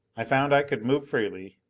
i found i could move freely.